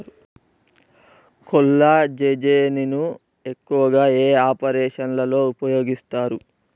కొల్లాజెజేని ను ఎక్కువగా ఏ ఆపరేషన్లలో ఉపయోగిస్తారు?